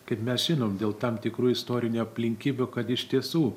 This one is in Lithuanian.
kaip mes žinom dėl tam tikrų istorinių aplinkybių kad iš tiesų